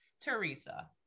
teresa